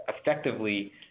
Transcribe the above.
effectively